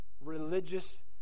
Religious